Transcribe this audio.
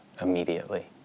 immediately